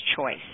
choice